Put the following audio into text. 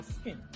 skin